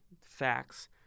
facts